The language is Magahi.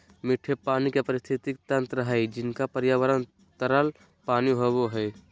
मीठे पानी के पारिस्थितिकी तंत्र हइ जिनका पर्यावरण तरल पानी होबो हइ